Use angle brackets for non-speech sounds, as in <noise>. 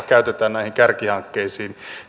<unintelligible> käytetään näihin kärkihankkeisiin